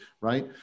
right